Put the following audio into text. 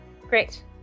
Great